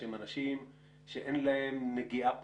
שהם אנשים שאין להם נגיעה פוליטית,